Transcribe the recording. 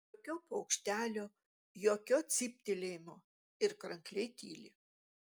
jokio paukštelio jokio cyptelėjimo ir krankliai tyli